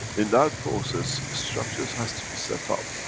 in that process, structures has to be set up.